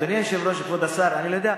אדוני היושב-ראש, כבוד השר, אני לא יודע,